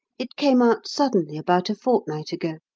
it came out suddenly about a fortnight ago,